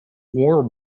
war